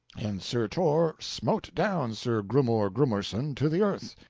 and sir tor smote down sir grummore grummorsum to the earth.